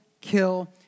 kill